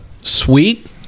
sweet